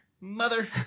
Mother